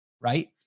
right